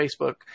Facebook